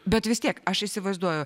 bet vis tiek aš įsivaizduoju